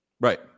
Right